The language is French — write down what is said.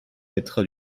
mettra